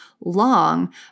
long